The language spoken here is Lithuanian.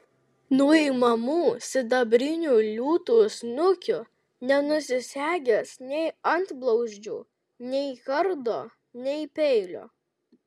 nuimamų sidabrinių liūtų snukių nenusisegęs nei antblauzdžių nei kardo nei peilio